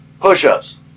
push-ups